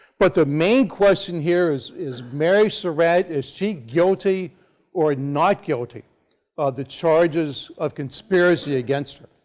but the main question here is is mary surratt, is she guilty or not guilty of the charges of conspiracy against her.